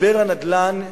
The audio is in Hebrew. משבר הנדל"ן,